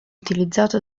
utilizzato